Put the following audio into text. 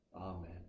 Amen